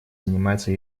занимается